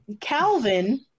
Calvin